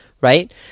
right